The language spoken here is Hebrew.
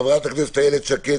חברת הכנסת איילת שקד.